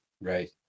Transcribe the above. Right